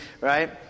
right